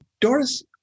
Doris